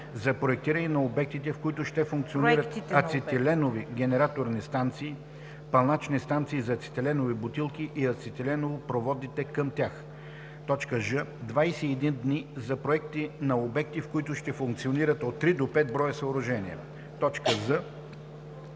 за проектите на обектите, в които ще функционират ацетиленови генераторни станции, пълначни станции за ацетиленови бутилки и ацетиленопроводите към тях; ж) 21 дни – за проекти на обекти, в които ще функционират от 3 до 5 броя съоръжения; з) 21